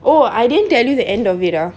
oh I didn't tell you the end of it ah